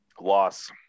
loss